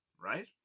right